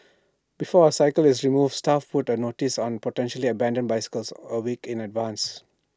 before A is removed staff put up notices on potentially abandoned bicycles A week in advance